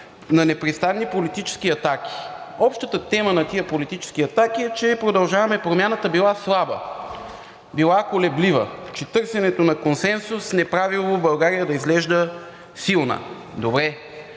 на непрестанни политически атаки. Общата тема на тези политически атаки е, че „Продължаваме Промяната“ била слаба, била колеблива, че търсенето на консенсус не правило България да изглежда силна. Добре,